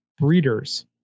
breeders